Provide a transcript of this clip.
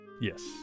Yes